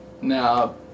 Now